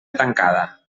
tancada